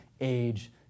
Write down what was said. age